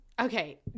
Okay